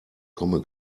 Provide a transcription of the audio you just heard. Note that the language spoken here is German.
komme